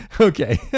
Okay